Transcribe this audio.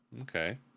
Okay